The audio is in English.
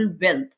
wealth